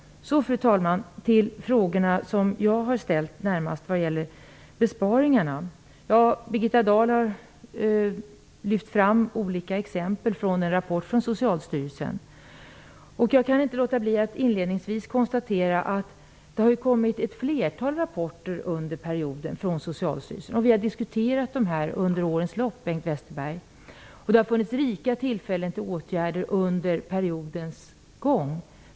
Fru talman! Så till frågorna som jag har ställt om besparingarna. Birgitta Dahl har lyft fram olika exempel från en rapport från Socialstyrelsen. Jag kan inte låta bli att inledningsvis konstatera att det har kommit ett flertal rapporter under denna period från Socialstyrelsen. Vi har under årens lopp diskuterat dessa rapporter, Bengt Westerberg. Det har funnits rika tillfällen till att vidta åtgärder under periodens gång.